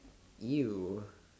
!eww!